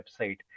website